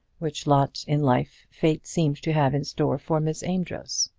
which lot in life fate seemed to have in store for miss amedroz.